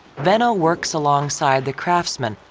venno works along side the craftsmen,